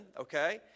Okay